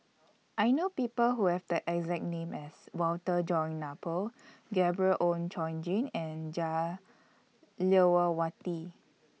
I know People Who Have The exact name as Walter John Napier Gabriel Oon Chong Jin and Jah Lelawati